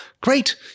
Great